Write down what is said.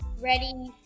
ready